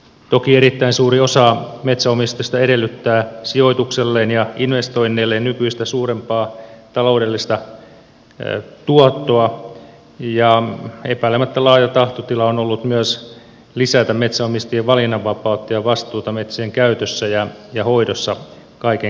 toki erittäin suuri osa metsänomistajista edellyttää sijoitukselleen ja investoinneilleen nykyistä suurempaa taloudellista tuottoa ja epäilemättä laaja tahtotila on ollut myös lisätä metsänomistajien valinnanvapautta ja vastuuta metsien käytössä ja hoidossa kaiken kaikkiaan